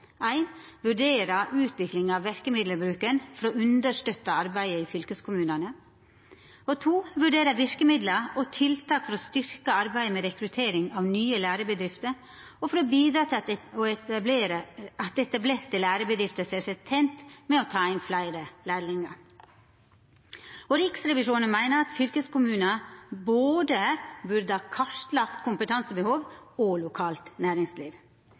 utviklinga av verkemiddelbruken «for å understøtte arbeidet i fylkeskommunane» vurdera verkemiddel og tiltak for å styrkja arbeidet med rekruttering av nye lærebedrifter for å bidra til at etablerte lærebedrifter ser seg «tente med å ta inn fleire lærlingar» Riksrevisjonen meiner at fylkeskommunane burde ha kartlagt både kompetansebehov og lokalt næringsliv.